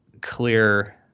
clear